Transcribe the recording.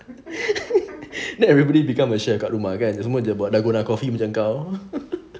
everybody become a chef kat rumah kan semua buat dalgona coffee macam kau